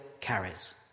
carries